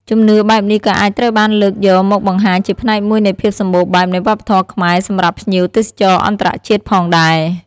ជំនឿបែបនេះក៏អាចត្រូវបានលើកយកមកបង្ហាញជាផ្នែកមួយនៃភាពសម្បូរបែបនៃវប្បធម៌ខ្មែរសម្រាប់ភ្ញៀវទេសចរអន្តរជាតិផងដែរ។